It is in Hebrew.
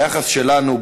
היחס שלנו,